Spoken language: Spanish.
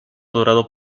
dorado